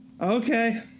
Okay